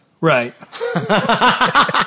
right